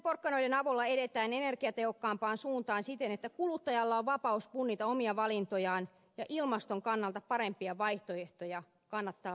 näin porkkanoiden avulla edetään energiatehokkaampaan suuntaan siten että kuluttajalla on vapaus punnita omia valintojaan ja ilmaston kannalta parempia vaihtoehtoja kannattaa valita